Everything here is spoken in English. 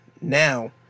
now